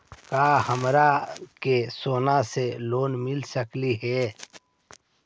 का हमरा के सोना से लोन मिल सकली हे?